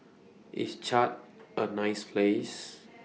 IS Chad A nice Place